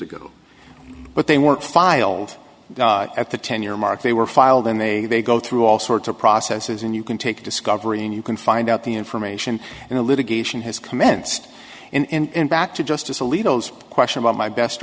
ago but they weren't filed at the ten year mark they were filed and they they go through all sorts of processes and you can take discovery and you can find out the information and the litigation has commenced and back to justice alito xp question about my best